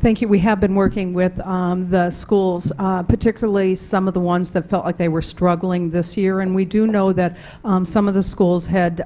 thank you we have been working with um the schools particularly some of the ones that felt like they were struggling this year and we do know that some of the schools had